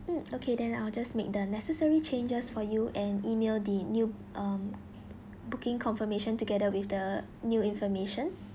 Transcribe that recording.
mm okay then I will just make the necessary changes for you and email the new um booking confirmation together with the new information